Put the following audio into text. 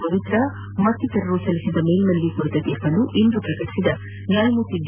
ಪವಿತ್ರಾ ಮತ್ತಿತರರು ಸಲ್ಲಿಸಿದ್ದ ಮೇಲ್ಮನವಿ ಕುರಿತ ತೀರ್ಪನ್ನು ಇಂದು ಪ್ರಕಟಿಸಿದ ನ್ಯಾಯಮೂರ್ತಿ ಡಿ